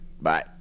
Bye